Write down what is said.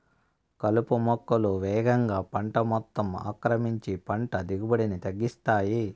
కలుపు మొక్కలు వేగంగా పంట మొత్తం ఆక్రమించి పంట దిగుబడిని తగ్గిస్తాయి